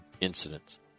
incidents